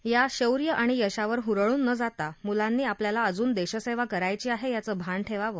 या शौर्य आणि यशावर हुरळून न जाता मुलांनी आपल्याला अजून देशसेवा करायची आहे याचं भान ठेवावं